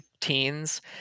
teens